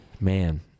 Man